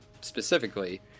specifically